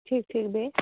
ٹھیٖک ٹھیٖک بیٚیہِ